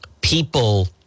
people